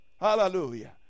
Hallelujah